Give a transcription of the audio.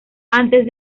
antes